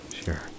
sure